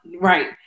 Right